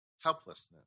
Helplessness